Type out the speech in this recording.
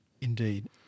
Indeed